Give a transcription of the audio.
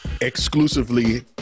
exclusively